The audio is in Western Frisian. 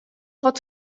wat